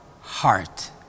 heart